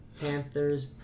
Panthers